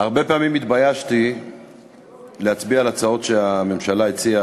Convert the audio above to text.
הרבה פעמים התביישתי להצביע על הצעות שהממשלה הציעה,